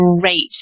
great